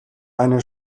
eine